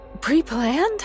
pre-planned